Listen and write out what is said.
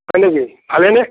হয় নেকি ভালেই নে